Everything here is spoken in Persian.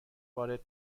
وارد